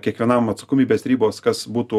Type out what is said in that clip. kiekvienam atsakomybės ribos kas būtų